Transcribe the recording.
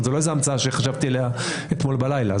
זאת לא המצאה שחשבתי עליה אתמול בלילה.